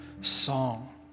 song